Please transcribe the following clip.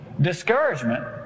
discouragement